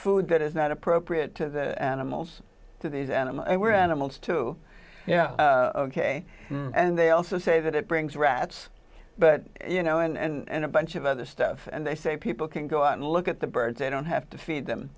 that is not appropriate to the animals to these animals and we're animals too yeah ok and they also say that it brings rats but you know and a bunch of other stuff and they say people can go out and look at the birds they don't have to feed them